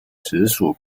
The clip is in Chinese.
直属